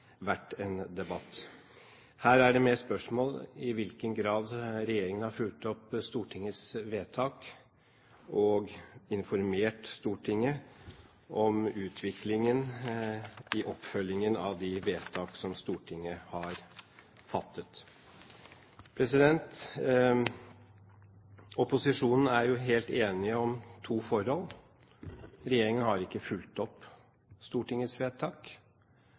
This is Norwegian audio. en debatt. Her er det mer spørsmål om i hvilken grad regjeringen har fulgt opp Stortingets vedtak og informert Stortinget om utviklingen i oppfølgingen av de vedtak som Stortinget har fattet. Opposisjonen er helt enig om to forhold: Regjeringen har ikke fulgt opp Stortingets vedtak,